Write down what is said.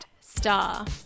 Star